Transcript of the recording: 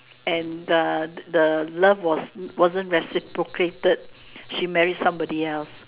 and the the the love was wasn't reciprocated she married somebody else